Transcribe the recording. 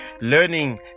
learning